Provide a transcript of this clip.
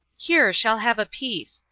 here, shall have a piece!